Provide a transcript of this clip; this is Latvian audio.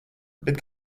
bet